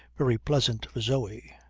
very pleasant for zoe.